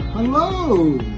Hello